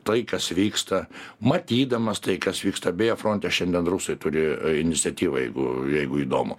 tai kas vyksta matydamas tai kas vyksta beje fronte šiandien rusai turi iniciatyvą jeigu jeigu įdomu